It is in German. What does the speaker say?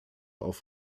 auf